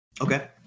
okay